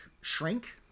shrink